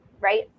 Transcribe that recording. right